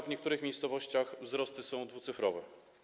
W niektórych miejscowościach wzrosty są dwucyfrowe.